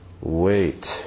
wait